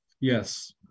Yes